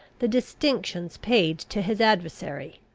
the distinctions paid to his adversary,